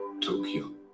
Tokyo